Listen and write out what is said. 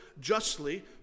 justly